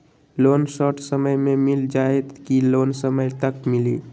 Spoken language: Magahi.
लोन शॉर्ट समय मे मिल जाएत कि लोन समय तक मिली?